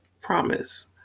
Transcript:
promise